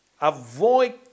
avoid